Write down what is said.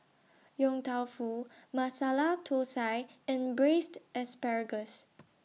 Yong Tau Foo Masala Thosai and Braised Asparagus